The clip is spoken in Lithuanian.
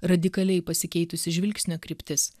radikaliai pasikeitusi žvilgsnio kryptis